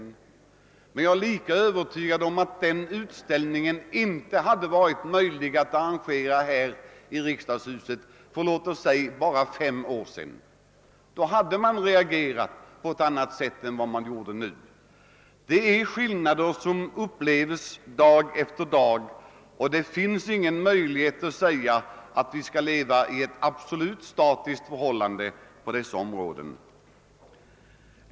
Jag är emellertid lika övertygad om att det inte hade varit möjligt att arrangera denna i detta hus för låt oss säga bara fem år sedan. Då hade man reagerat på ett annat sätt än vad man nu gjorde. Vi upplever dag för dag sådana förändringar, och det är omöjligt att tänka sig att vi kommer att nå ett helt statiskt förhållande på detta område.